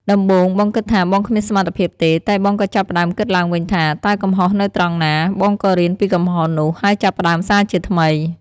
ដំបូងបងគិតថាបងគ្មានសមត្ថភាពទេ តែបងក៏ចាប់ផ្ដើមគិតឡើងវិញថា តើកំហុសនៅត្រង់ណា? បងក៏រៀនពីកំហុសនោះ ហើយចាប់ផ្ដើមសាជាថ្មី។